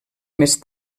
més